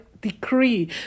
decree